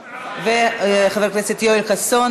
וחבר הכנסת יואל חסון,